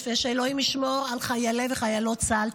ושאלוהים ישמור על חיילי וחיילות צה"ל.